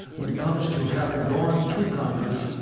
when it comes to having gone to congress,